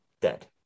dead